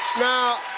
now,